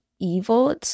evil